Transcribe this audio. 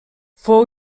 fou